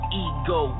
ego